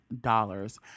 dollars